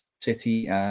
City